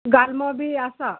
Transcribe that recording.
गाल्मो बी आसा